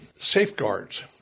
safeguards